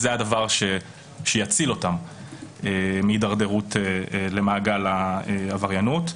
זה הדבר שיציל אותם מהידרדרות למעגל העבריינות.